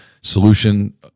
Solution